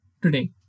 today